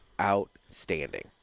outstanding